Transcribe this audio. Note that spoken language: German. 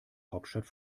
hauptstadt